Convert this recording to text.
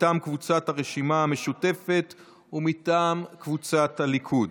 מטעם קבוצת סיעת הרשימה המשותפת ומטעם קבוצת סיעת הליכוד.